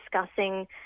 discussing